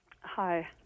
Hi